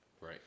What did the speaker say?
Right